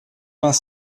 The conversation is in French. vingt